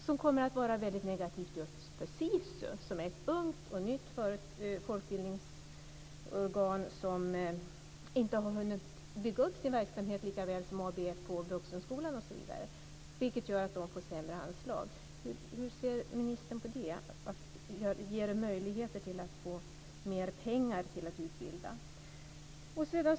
Det kommer att vara väldigt negativt för just SISU, som är ett ungt och nytt folkbildningsorgan som inte har hunnit bygga upp sin verksamhet lika väl som ABF, Vuxenskolan, m.fl., vilket gör att de får sämre anslag. Hur ser ministern på det? Finns det möjlighet att få mer pengar till att utbilda idrottsledare?